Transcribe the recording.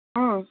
ꯎꯝ